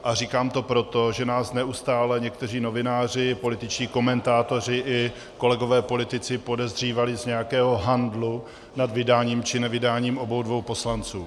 A říkám to proto, že nás neustále někteří novináři, političtí komentátoři i kolegové politici podezírali z nějakého handlu nad vydáním či nevydáním obou dvou poslanců.